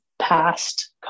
past